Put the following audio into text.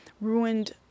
ruined